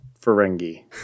Ferengi